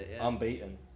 Unbeaten